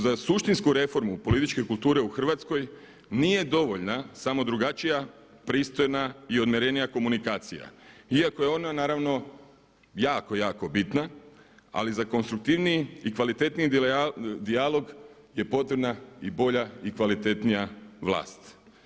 Za suštinsku reformu političke kulture u Hrvatskoj nije dovoljna samo drugačija, pristojna i odmjerenija komunikacija iako je ona naravno jako, jako bitna, ali za konstruktivniji i kvalitetniji dijalog je potrebna i bolja i kvalitetnija vlast.